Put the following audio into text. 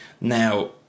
Now